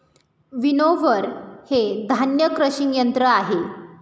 winnower हे धान्य crushing यंत्र आहे